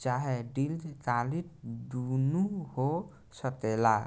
चाहे दीर्घकालिक दुनु हो सकेला